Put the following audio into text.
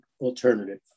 alternative